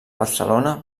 barcelona